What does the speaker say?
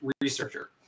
researcher